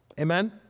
Amen